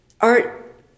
art